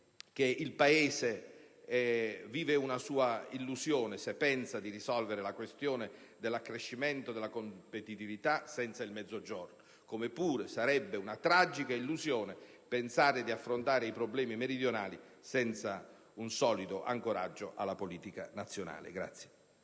che il Paese vive una sua illusione se pensa di risolvere la questione dell'accrescimento della competitività senza il Mezzogiorno, come pure sarebbe una tragica illusione pensare di affrontare i problemi meridionali senza un solido ancoraggio alla politica nazionale.